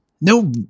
No